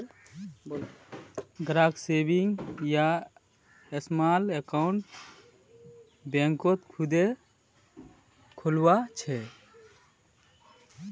ग्राहक सेविंग या small account बैंकत खुदे खुलवा छे